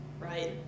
Right